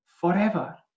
forever